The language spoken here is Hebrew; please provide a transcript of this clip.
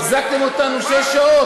החזקתם אותנו שש שעות.